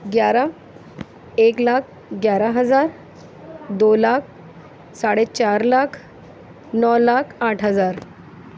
گیارہ ایک لاکھ گیارہ ہزار دو لاکھ ساڑے چار لاکھ نو لاکھ آٹھ ہزار